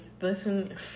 listen